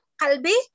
kalbi